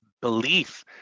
belief